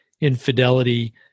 infidelity